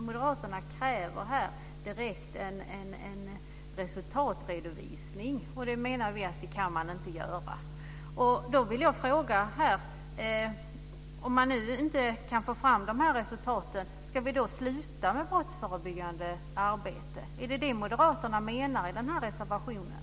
Moderaterna kräver direkt en resultatredovisning. Det kan man inte göra. Då vill jag fråga: Om man nu inte får fram resultaten ska vi då sluta med brottsförebyggande arbete? Är det vad moderaterna menar i reservationen?